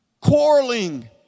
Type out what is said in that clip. Quarreling